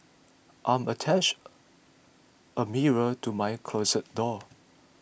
I'm attached a mirror to my closet door